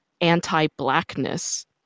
anti-blackness